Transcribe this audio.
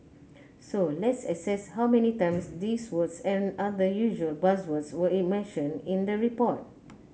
so let's assess how many times these words and other usual buzzwords were mentioned in the report